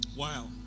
Wow